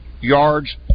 yards